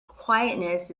quietness